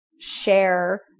share